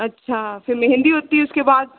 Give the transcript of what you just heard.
अच्छा फिर महंदी होती है उसके बाद